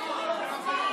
טרוריסט,